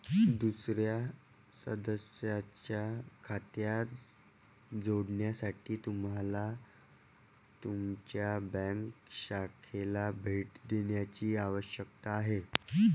दुसर्या सदस्याच्या खात्यात जोडण्यासाठी तुम्हाला तुमच्या बँक शाखेला भेट देण्याची आवश्यकता आहे